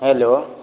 hello